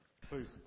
Please